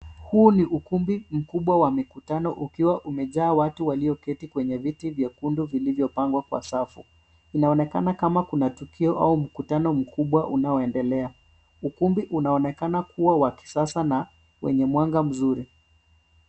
Huu ni ukumbi mkubwa wa mikutano ukiwa umejaa watu walioketi kwenye viti vyekundu vilivyopangwa kwa safu . Inaonekana kama kuna tukio au mkutano mkubwa unaoendelea. Ukumbi unaonekana kuwa wa kisasa na wenye mwanga mzuri.